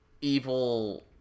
evil